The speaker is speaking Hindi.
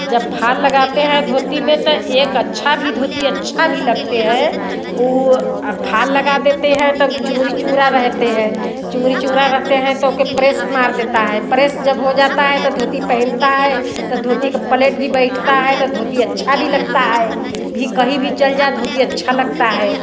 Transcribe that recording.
जब फाल लगाते हैं धोती में त एक अच्छा भी धोती अच्छा भी लगते हैं उ फाल लगा देते हैं तो चूड़ी चूड़ा रहते हैं चूड़ी चूड़ा रहते हैं तो ओके प्रेस मार देता है प्रेस जब हो जाता है तो धोती पहिनता है तो धोती के पलेट भी बैठता है तो धोती अच्छा भी लगता है भी कहीं भी चल जाए धोती अच्छा लगता है